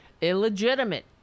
illegitimate